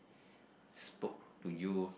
spoke to you